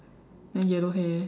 then yellow hair